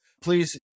please